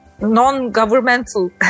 non-governmental